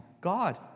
God